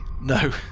No